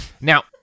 Now